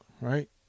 right